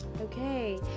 Okay